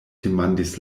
demandis